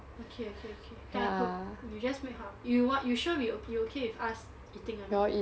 okay okay okay then I cook you just take out you sure you okay with us eating or not